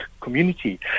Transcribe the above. community